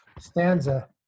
stanza